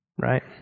Right